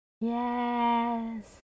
Yes